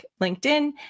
LinkedIn